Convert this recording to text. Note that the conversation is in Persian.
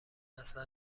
اصلا